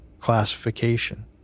classification